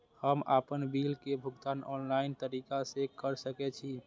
हम आपन बिल के भुगतान ऑनलाइन तरीका से कर सके छी?